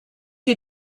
you